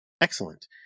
excellent